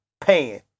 paying